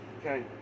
Okay